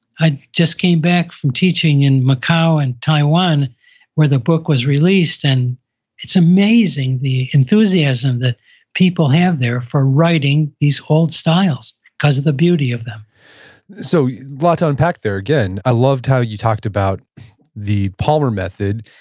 i just came back from teaching in macao and taiwan where the book was released, and it's amazing, the enthusiasm that people have there for writing these old styles, because of the beauty of them so a lot to unpack there again. i loved how you talked about the palmer method.